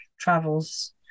travels